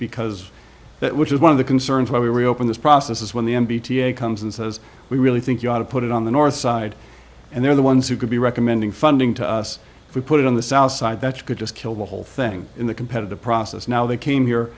because that which is one of the concerns why we reopen this process is when the m b t it comes and says we really think you ought to put it on the north side and they're the ones who could be recommending funding to us if we put it on the south side that you could just kill the whole thing in the competitive process now they came here